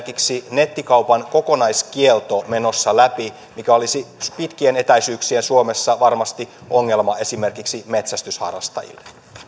nettikaupan kokonaiskielto menossa läpi mikä olisi pitkien etäisyyksien suomessa varmasti ongelma esimerkiksi metsästysharrastajille